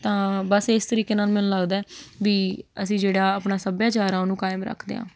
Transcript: ਤਾਂ ਬਸ ਇਸ ਤਰੀਕੇ ਨਾਲ਼ ਮੈਨੂੰ ਲੱਗਦਾ ਵੀ ਅਸੀਂ ਜਿਹੜਾ ਆਪਣਾ ਸੱਭਿਆਚਾਰ ਆ ਉਹਨੂੰ ਕਾਇਮ ਰੱਖਦੇ ਹਾਂ